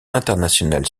internationale